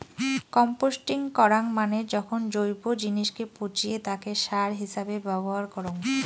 composting করাঙ মানে যখন জৈব জিনিসকে পচিয়ে তাকে সার হিছাবে ব্যবহার করঙ